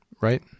right